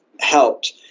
helped